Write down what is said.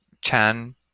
chan